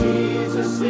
Jesus